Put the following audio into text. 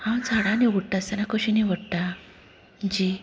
हांव झाडां निवडटा आसतना कशें निवडटा जी